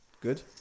Good